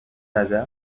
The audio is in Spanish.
allá